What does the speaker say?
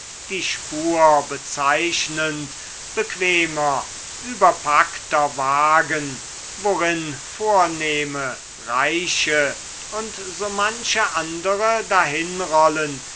die spur bezeichnend bequemer überpackter wägen worin vornehme reiche und so manche andere